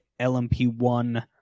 LMP1